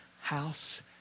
house